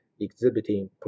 exhibiting